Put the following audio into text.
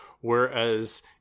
whereas